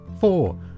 Four